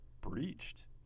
breached